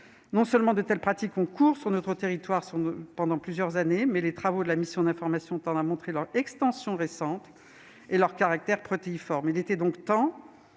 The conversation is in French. Non seulement de telles pratiques ont cours sur notre territoire depuis plusieurs années, mais les travaux de la mission d'information de l'Assemblée nationale tendent à montrer leur extension récente et leur caractère protéiforme.